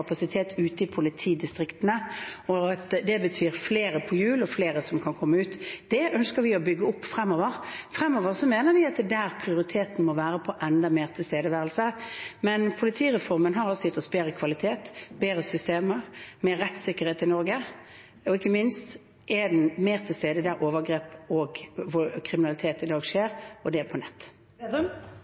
det betyr flere på hjul og flere som kan komme ut. Det ønsker vi å bygge opp fremover. Fremover mener vi at det er der prioriteten må være, på enda mer tilstedeværelse. Men politireformen har altså gitt oss bedre kvalitet, bedre systemer, mer rettssikkerhet i Norge, og ikke minst er man mer til stede der overgrep og kriminalitet i dag skjer, og det er på